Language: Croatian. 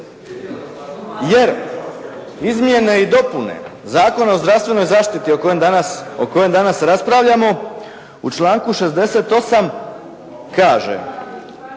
Jer, izmjene i dopune Zakona o zdravstvenoj zaštiti o kojem danas raspravljamo u članku 68. kaže: